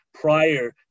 prior